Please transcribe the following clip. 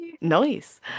nice